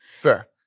fair